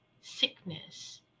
sickness